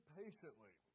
patiently